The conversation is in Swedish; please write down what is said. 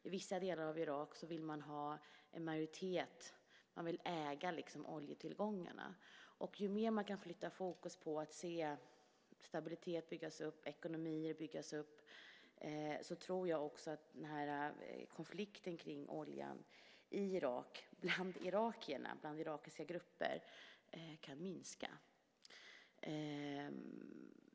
I vissa delar av Irak vill en majoritet äga oljetillgångarna, och ju mer man kan flytta fokus på att bygga upp stabiliteten, bygga upp ekonomin, desto mer tror jag att konflikten kring oljan bland irakiska grupper i Irak kan minska.